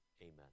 Amen